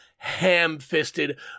ham-fisted